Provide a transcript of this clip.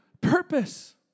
purpose